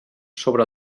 sobre